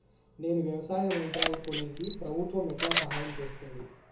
నేను వ్యవసాయం యంత్రాలను కొనేకి ప్రభుత్వ ఎట్లా సహాయం చేస్తుంది?